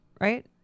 right